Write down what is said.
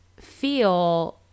feel